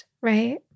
right